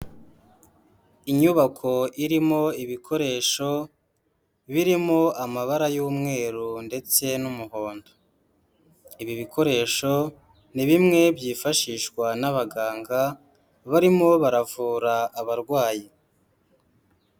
Inyubako irimo ibikoresho birimo amabara y'umweru ndetse n'umuhondo. Ibi bikoresho ni bimwe byifashishwa n'abaganga, barimo baravura abarwayi.